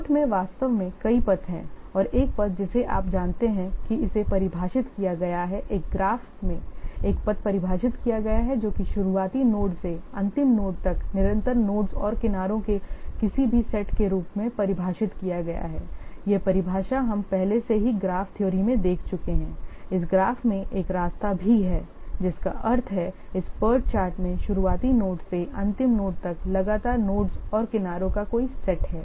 PERT में वास्तव में कई पथ हैं और एक पथ जिसे आप जानते हैं कि इसे परिभाषित किया गया है एक ग्राफ में एक पथ परिभाषित किया गया है जो कि शुरुआती नोड से अंतिम नोड तक निरंतर नोड्स और किनारों के किसी भी सेट के रूप में परिभाषित किया गया है यह परिभाषा हम पहले से ही ग्राफ थ्योरी में देख चुके हैं इस ग्राफ में एक रास्ता भी है जिसका अर्थ है इस PERT चार्ट में शुरुआती नोड से अंतिम नोड तक लगातार नोड्स और किनारों का कोई सेट है